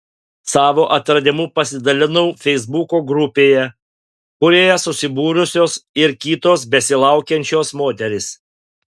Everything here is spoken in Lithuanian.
savo atradimu pasidalinau feisbuko grupėje kurioje susibūrusios ir kitos besilaukiančios moterys